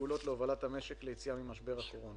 הצעדים והפעולות להובלת המשק ליציאה ממשבר הקורונה.